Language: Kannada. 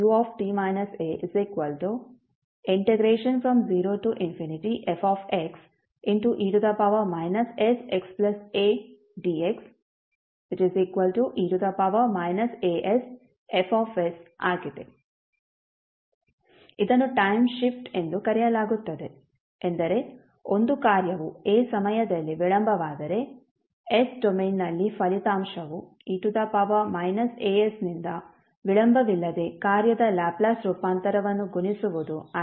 ಇದನ್ನು ಟೈಮ್ ಶಿಫ್ಟ್ ಎಂದು ಕರೆಯಲಾಗುತ್ತದೆ ಎಂದರೆ ಒಂದು ಕಾರ್ಯವು a ಸಮಯದಲ್ಲಿ ವಿಳಂಬವಾದರೆ s ಡೊಮೇನ್ನಲ್ಲಿ ಫಲಿತಾಂಶವು e asನಿಂದ ವಿಳಂಬವಿಲ್ಲದೆ ಕಾರ್ಯದ ಲ್ಯಾಪ್ಲೇಸ್ ರೂಪಾಂತರವನ್ನು ಗುಣಿಸುವುದು ಆಗಿದೆ